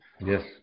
Yes